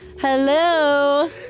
Hello